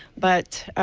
but,